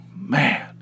Man